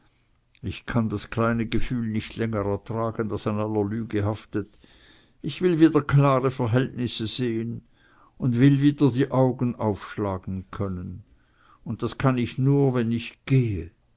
ich kann das kleine gefühl nicht länger ertragen das an aller lüge haftet ich will wieder klare verhältnisse sehen und will wieder die augen aufschlagen können und das kann ich nur wenn ich gehe